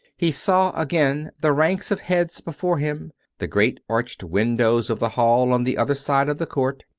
he saw again the ranks of heads before him the great arched windows of the hall on the other side of the court,